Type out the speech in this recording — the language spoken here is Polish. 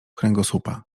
kręgosłupa